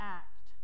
act